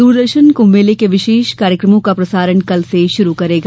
दूरदर्शन कुम्म मेले के विशेष कार्यक्रमों का प्रसारण कल से शुरु करेगा